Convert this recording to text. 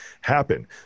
happen